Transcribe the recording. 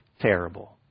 terrible